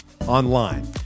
online